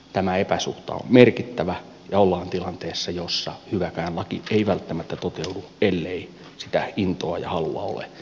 tämä epäsuhta on merkittävä ja ollaan tilanteessa jossa hyväkään laki ei välttämättä toteudu ellei sitä intoa ja halua ole